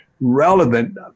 relevant